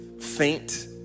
faint